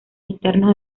internos